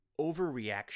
overreaction